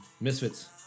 Misfits